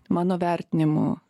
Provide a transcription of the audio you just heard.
mano vertinimu